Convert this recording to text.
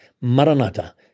Maranatha